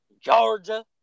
Georgia